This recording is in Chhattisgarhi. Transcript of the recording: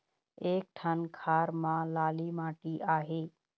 एक ठन खार म लाली माटी आहे?